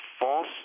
false